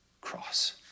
cross